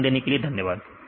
ध्यान देने के लिए धन्यवाद